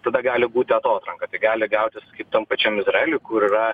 tada gali būti atotranka tai gali gautis kaip tam pačiam izraeliui kur yra